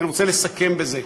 כי אני רוצה לסכם בזה: